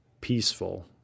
peaceful